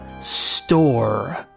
store